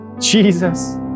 Jesus